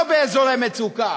לא באזורי מצוקה,